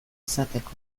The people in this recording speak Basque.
izateko